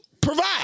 provide